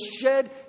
shed